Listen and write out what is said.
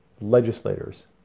legislators